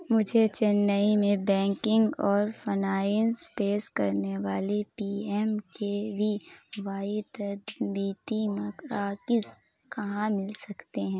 مجھے چنئی میں بینکنگ اور فنائنس پیس کرنے والی P M K V Y تربیتی مراکز کہاں مل سکتے ہیں